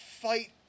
fight